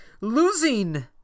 losing